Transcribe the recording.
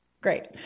great